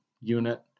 Unit